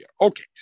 Okay